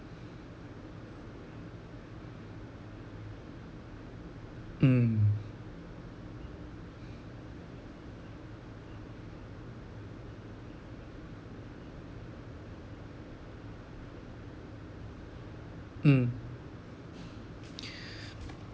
mm mm